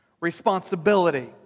responsibility